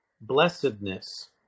blessedness